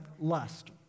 lust